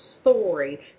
story